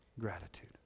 gratitude